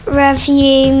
review